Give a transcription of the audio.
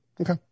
Okay